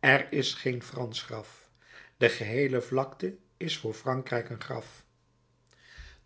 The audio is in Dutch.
er is geen fransch graf de geheele vlakte is voor frankrijk een graf